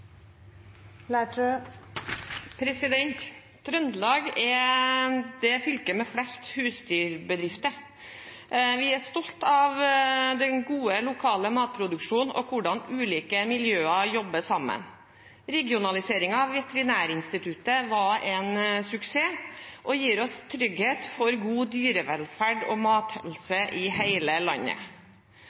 Trøndelag er det fylket med flest husdyrbedrifter. Vi er stolt av den gode, lokale matproduksjonen og hvordan ulike miljøer jobber sammen. Regionaliseringen av Veterinærinstituttet var en suksess og gir oss trygghet for god dyrevelferd og mathelse i hele landet.